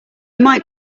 might